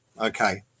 okay